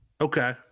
Okay